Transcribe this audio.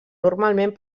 normalment